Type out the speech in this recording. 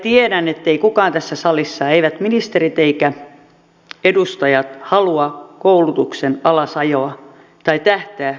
tiedän ettei kukaan tässä salissa eivät ministerit eivätkä edustajat halua koulutuksen alasajoa tai tähtää sen heikentämiseen